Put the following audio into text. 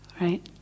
Right